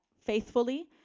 faithfully